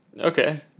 Okay